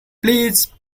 please